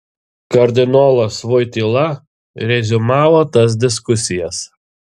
kardinolas voityla reziumavo tas diskusijas